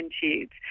tubes